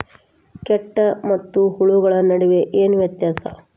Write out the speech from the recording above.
ಕೇಟ ಮತ್ತು ಹುಳುಗಳ ನಡುವೆ ಏನ್ ವ್ಯತ್ಯಾಸ?